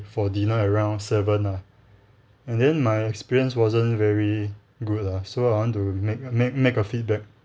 for dinner at around seven ah and then my experience wasn't very good lah so I want to make make a feedback